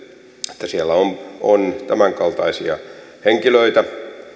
että siellä on on tämänkaltaisia henkilöitä